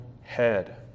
head